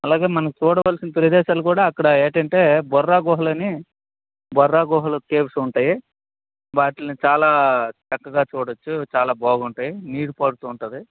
అలాగే మనము చూడవలసిన ప్రదేశాలు కూడా అక్కడ ఏంటంటే బొర్రా గుహలు అని బొర్రా గుహలు కేవ్స్ ఉంటాయి వాటిని చాలా చక్కగా చూడవచ్చు చాలా బాగుంటాయి నీళ్ళు పారుతూ ఉంటాయి